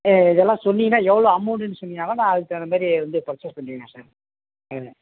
இதெல்லாம் சொன்னிங்கன்னால் எவ்வளோ அமௌண்ட்டுன்னு சொன்னிங்கன்னால் தான் நான் அதுக்கு தகுந்தமாரி வந்து பர்ச்சேஸ் பண்ணிக்கிலாம் சார் ஆ